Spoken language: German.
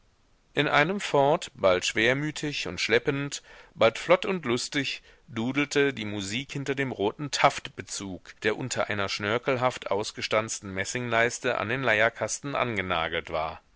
in einem fort bald schwermütig und schleppend bald flott und lustig dudelte die musik hinter dem roten taftbezug der unter einer schnörkelhaft ausgestanzten messingleiste an den leierkasten angenagelt war